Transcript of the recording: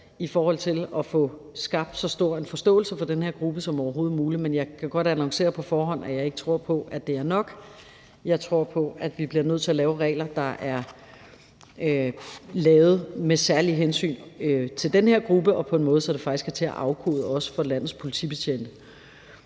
i forhold til at få skabt så stor en forståelse for den her gruppe som overhovedet muligt. Men jeg kan godt annoncere på forhånd, at jeg ikke tror på, at det er nok. Jeg tror på, at vi bliver nødt til at lave regler, der er lavet med særlig hensyntagen til den her gruppe, og på en måde, så det faktisk også er til at afkode for landets politibetjente.